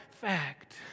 fact